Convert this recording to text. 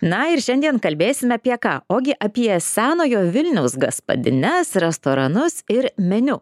na ir šiandien kalbėsime apie ką ogi apie senojo vilniaus gaspadines restoranus ir meniu